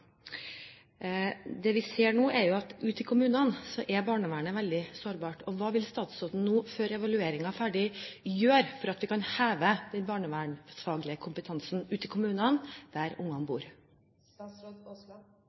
Det vi ser nå, er at ute i kommunene er barnevernet veldig sårbart. Hva vil statsråden gjøre, før evalueringen er ferdig, for at vi kan heve den barnevernsfaglige kompetansen ute i kommunene, der